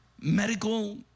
medical